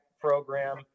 program